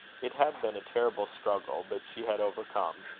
it had been a terrible struggle, but she had overcome.